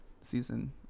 season